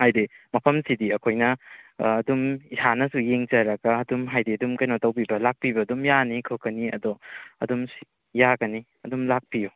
ꯍꯥꯏꯗꯤ ꯃꯐꯝꯁꯤꯗꯤ ꯑꯩꯈꯣꯏꯅ ꯑꯗꯨꯝ ꯏꯁꯥꯅꯁꯨ ꯌꯦꯡꯖꯔꯒ ꯑꯗꯨꯝ ꯍꯥꯏꯗꯤ ꯑꯗꯨꯝ ꯀꯩꯅꯣ ꯇꯧꯕꯤꯕ ꯂꯥꯛꯄꯤꯕ ꯑꯗꯨꯝ ꯌꯥꯅꯤ ꯈꯣꯠꯀꯅꯤ ꯑꯗꯣ ꯑꯗꯨꯝ ꯌꯥꯒꯅꯤ ꯑꯗꯨꯝ ꯂꯥꯛꯄꯤꯎ